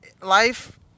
life